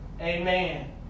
Amen